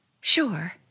sure